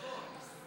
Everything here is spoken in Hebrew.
תסבול.